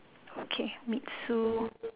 okay meet sue